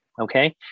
Okay